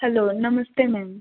hello namaste ma'am